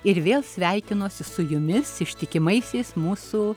ir vėl sveikinosi su jumis ištikimaisiais mūsų